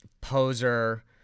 poser